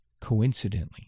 coincidentally